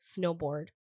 snowboard